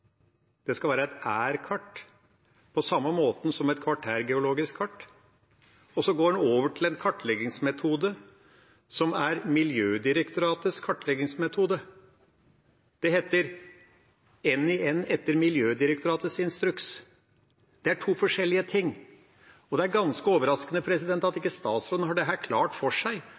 skal være et er-kart på samme måten som et kvartærgeologisk kart. Så går en over til en kartleggingsmetode som er Miljødirektoratets kartleggingsmetode, og det heter NiN etter Miljødirektoratets instruks. Dette er to forskjellige ting. Det er ganske overraskende at ikke statsråden har dette klart for seg,